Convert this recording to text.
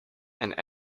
and